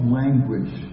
language